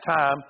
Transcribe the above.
time